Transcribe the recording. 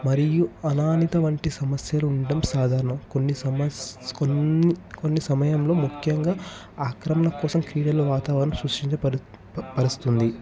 మరియు అనామిక వంటి సమస్యలు ఉండటం సాధారణం కొన్ని సమస్య కొన్ని కొన్ని సమయంలో ముఖ్యంగా ఆక్రమణ కోసం క్రీడలు వాతావరణ సృష్టించ పరుస్తుంది ఇది